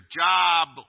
job